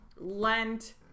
Lent